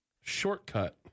Shortcut